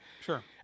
Sure